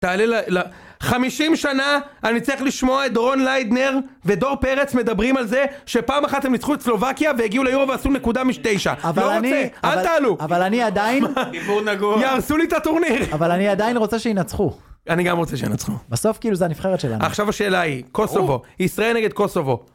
תעלה ל... 50 שנה אני צריך לשמוע את דורון ליידנר ודור פרץ מדברים על זה שפעם אחת הם ניצחו את סלובקיה והגיעו ליורו ועשו נקודה מתשע. לא רוצה, אל תעלו. אבל אני עדיין... דיבור נגוע. יהרסו לי את הטורניר. אבל אני עדיין רוצה שיינצחו. אני גם רוצה שיינצחו. בסוף כאילו זו הנבחרת שלנו. עכשיו השאלה היא, קוסובו, ישראל נגד קוסובו.